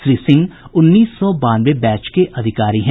श्री सिंह उन्नीस सौ बानवे बैच के अधिकारी है